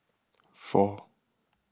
four